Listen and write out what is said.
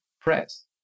press